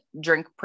drink